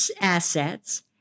assets